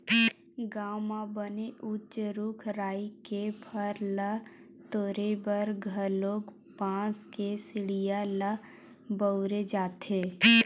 गाँव म बने उच्च रूख राई के फर ल तोरे बर घलोक बांस के सिड़िया ल बउरे जाथे